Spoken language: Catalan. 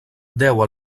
deu